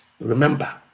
remember